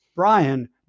Brian